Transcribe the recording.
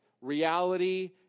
reality